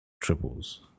triples